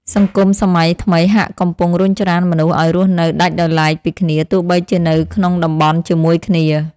សង្គមសម័យថ្មីហាក់កំពុងរុញច្រានមនុស្សឱ្យរស់នៅដាច់ដោយឡែកពីគ្នាទោះបីជានៅក្នុងតំបន់ជាមួយគ្នា។